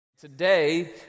Today